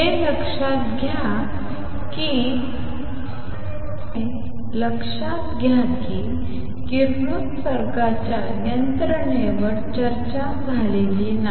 हे सर्व लक्षात घ्या किरणोत्सर्गाच्या यंत्रणेवर चर्चा झालेली नाही